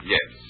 Yes